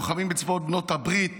לוחמים בצבאות בעלות הברית,